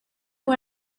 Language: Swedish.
och